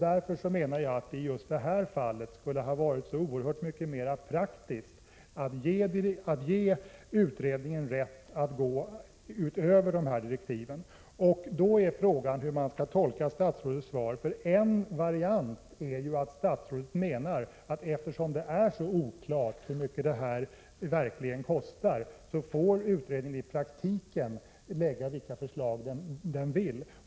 Därför menar jag att det i just det här fallet skulle ha varit oerhört mycket mer praktiskt att ge utredningen rätt att komma med förslag utöver direktiven. Då är frågan hur man skall tolka statsrådets svar. En variant är ju att statsrådet menar, att eftersom det är så oklart hur mycket det hela i verkligheten kostar, får utredningen i praktiken lägga fram vilka förslag den vill.